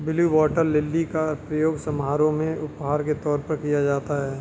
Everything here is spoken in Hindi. ब्लू वॉटर लिली का प्रयोग समारोह में उपहार के तौर पर किया जाता है